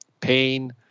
pain